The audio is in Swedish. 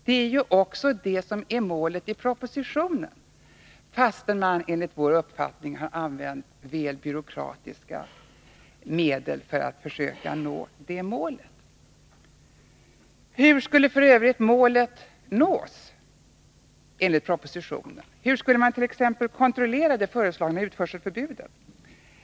Det är också det som är målet i propositionen, fastän man enligt vår uppfattning har använt väl byråkratiska medel för att försöka nå det målet. Hur skulle f. ö. kontrollen ske av att utförseltillstånd verkligen begärs?